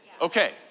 Okay